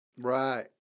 Right